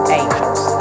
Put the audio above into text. angels